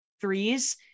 threes